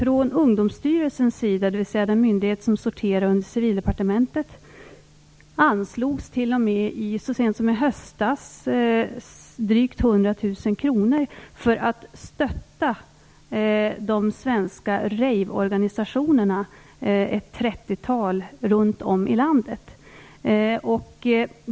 så sent som i höstas drygt 100 000 kr för att stötta de svenska raveorganisationerna. Det finns ett trettiotal i landet.